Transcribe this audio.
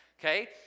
Okay